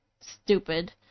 stupid